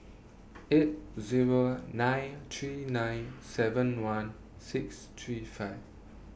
eight Zero nine three nine seven one six three five